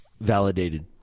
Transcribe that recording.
validated